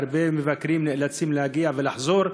הרבה מבקרים נאלצים להגיע ולחזור,